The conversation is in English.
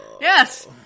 Yes